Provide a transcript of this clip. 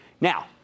Now